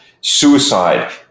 suicide